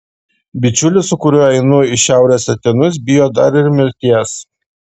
bičiulis su kuriuo einu į šiaurės atėnus bijo dar ir mirties